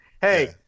Hey